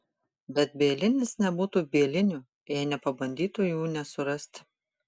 bet bielinis nebūtų bieliniu jei nepabandytų jų nesurasti